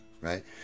right